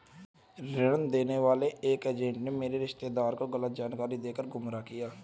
ऋण देने वाले एक एजेंट ने मेरे रिश्तेदार को गलत जानकारी देकर गुमराह किया